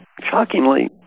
Shockingly